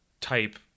type